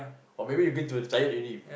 or maybe you going to retired already